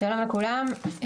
שלום לכולם,